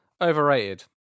overrated